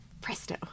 presto